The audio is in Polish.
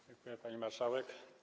Dziękuję, pani marszałek.